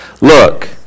Look